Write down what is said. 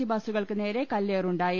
C ബസ്സുകൾക്ക് നേരെ കല്ലേറുണ്ടായി